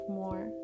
more